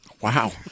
Wow